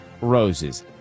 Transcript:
Roses